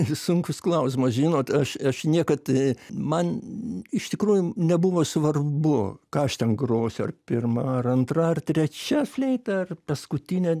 sunkus klausimas žinot aš aš niekad man iš tikrųjų nebuvo svarbu ką aš ten grosiu ar pirma ar antra ar trečia fleita ar paskutine